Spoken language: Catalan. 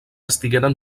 estigueren